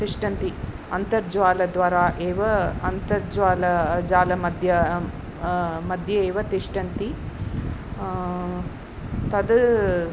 तिष्ठन्ति अन्तर्जालद्वारा एव अन्तर्जालमध्ये एव तिष्ठन्ति तद्